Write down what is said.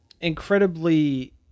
incredibly